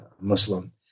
Muslim